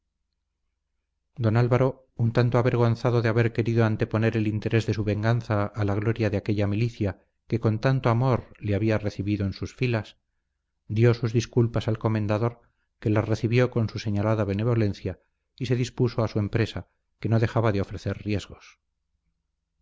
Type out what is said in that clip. don álvaro un tanto avergonzado de haber querido anteponer el interés de su venganza a la gloria de aquella milicia que con tanto amor le había recibido en sus filas dio sus disculpas al comendador que las recibió con su señalada benevolencia y se dispuso a su empresa que no dejaba de ofrecer riesgos